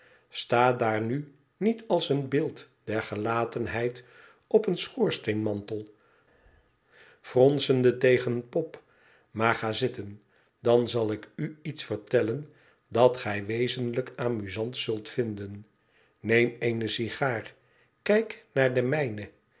sta daar nu niet als een beeld der gelatenheid op een schoorsteenmantel fronsende tegen pop maar ga zitten dan zal ik u iets vertellen dat gij wezenlijk amusant zult vinden neem eene sigaar kijk naar de mijne